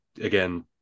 again